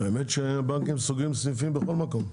האמת היא שהבנקים סוגרים סניפים בכל מקום,